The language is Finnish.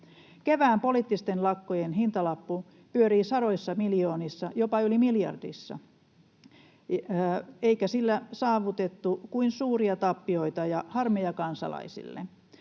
Kevään poliittisten lakkojen hintalappu pyörii sadoissa miljoonissa, jopa yli miljardissa, eikä niillä saavutettu kuin suuria tappioita ja harmeja kansalaisille.